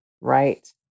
Right